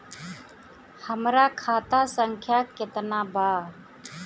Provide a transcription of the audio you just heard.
हमरा खाता संख्या केतना बा?